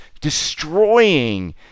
destroying